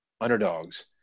underdogs